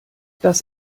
das